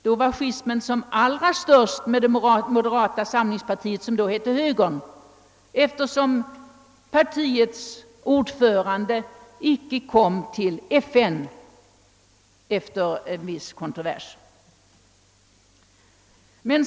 Nej, då var schismen som allra störst mellan socialdemokratin och moderata samlingspartiet — som ju på den tiden hette högern — eftersom partiets ordförande efter en viss kontrovers icke fick resa till FN.